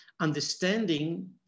understanding